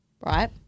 right